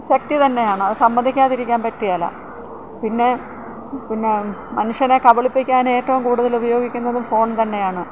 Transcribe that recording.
ശക്തി തന്നെയാണ് അത് സമ്മതിക്കാതിരിക്കാൻ പറ്റുകേല പിന്നെ പിന്നെ മനുഷ്യനെ കബളിപ്പിക്കാൻ ഏറ്റവും കൂടുതൽ ഉപയോഗിക്കുന്നതും ഫോൺ തന്നെയാണ്